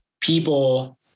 people